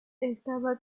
estaba